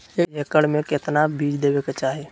एक एकड़ मे केतना बीज देवे के चाहि?